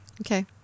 Okay